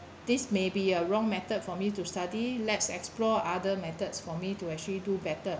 this may be a wrong method for me to study lets explore other methods for me to actually do better